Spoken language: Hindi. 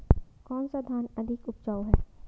कौन सा धान अधिक उपजाऊ है?